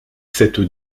cette